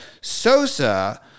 Sosa